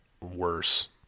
worse